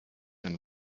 and